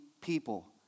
people